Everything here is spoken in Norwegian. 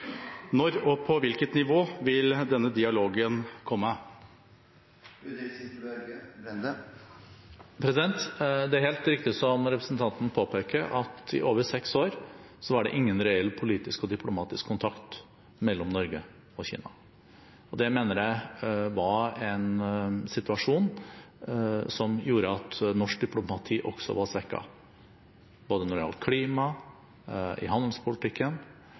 Når og på hvilket nivå vil denne dialogen komme? Det er helt riktig som representanten påpeker, at i over seks år var det ingen reell politisk og diplomatisk kontakt mellom Norge og Kina. Det mener jeg var en situasjon som gjorde at norsk diplomati også var svekket, både når det gjaldt klima, i handelspolitikken,